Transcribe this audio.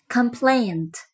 Complaint